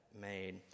made